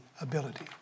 ability